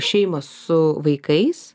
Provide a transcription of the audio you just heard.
šeimos su vaikais